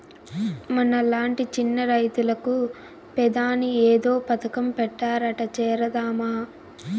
మనలాంటి చిన్న రైతులకు పెదాని ఏదో పథకం పెట్టారట చేరదామా